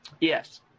Yes